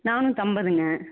நானூற்றி அம்பதுங்க